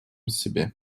себе